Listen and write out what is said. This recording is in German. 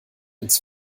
ins